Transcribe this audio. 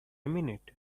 minute